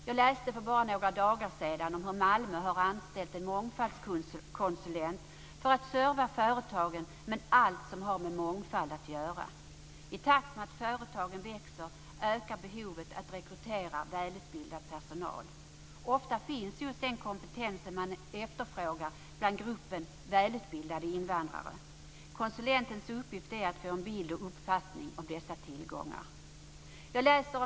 Jag läste för bara några dagar sedan om hur Malmö har anställt en mångfaldskonsulent för att serva företagen med allt som har med mångfald att göra. I takt med att företagen växer ökar behovet att rekrytera välutbildad personal. Ofta finns just den kompetens man efterfrågar i gruppen välutbildade invandrare. Konsulentens uppgift är att skaffa sig en uppfattning om dessa tillgångar.